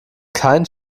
keinen